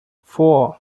four